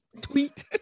tweet